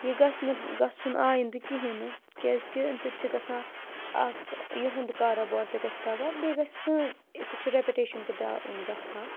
یہِ گژھِ نہٕ گژھُن آیِندٕ کِہیٖنۍ نہٕ کیٛازکہِ اَمہِ سۭتۍ چھِ گژھان اَکھ یُہُنٛد کاروبار تہِ گژھِ تَباہ بیٚیہِ گژھِ سٲنۍ یِتھ پٲٹھۍ رٮ۪پٕٹیشَن تہِ ڈاوُن گژھان